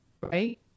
Right